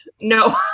No